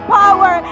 power